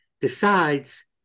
decides